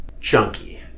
chunky